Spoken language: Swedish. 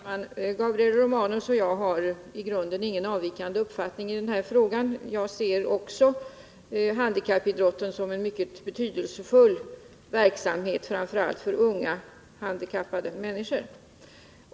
Herr talman! Gabriel Romanus och jag har i grunden inga olika uppfattningar i denna fråga. Jag ser också handikappidrotten som en mycket betydelsefull verksamhet, framför allt för unga handikappade människor.